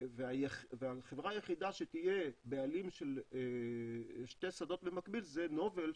החברה היחידה שתהיה בעלים של שני שדות במקביל זה נובל,